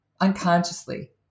unconsciously